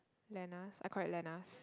Lena's ah correct Lena's